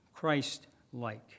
Christ-like